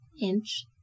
inch